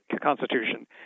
Constitution